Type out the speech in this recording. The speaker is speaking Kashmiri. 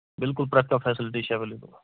بِلکُل پرٮ۪تھ کانٛہہ فیسلٹی چھےٚ ایٚولیبٕل